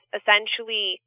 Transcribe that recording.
essentially